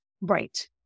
Right